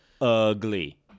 ugly